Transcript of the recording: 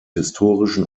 historischen